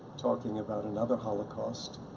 talking about another holocaust,